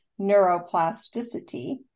neuroplasticity